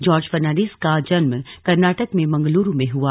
George Fernandes का जन्म कर्नाटक में मंगलूरु में हुआ